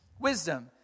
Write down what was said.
wisdom